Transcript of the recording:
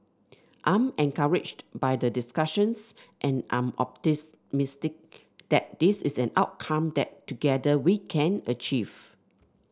I'm encouraged by the discussions and I am optimistic that that is an outcome that together we can achieve